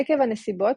עקב הנסיבות,